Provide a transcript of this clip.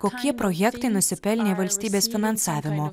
kokie projektai nusipelnė valstybės finansavimo